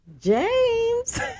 James